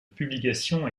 publication